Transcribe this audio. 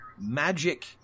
magic